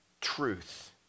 truth